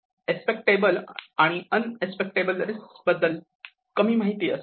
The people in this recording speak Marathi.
एक्सेप्टटेबल आणि अनएक्सेप्टटेबल रिस्क बद्दल कमी माहिती असते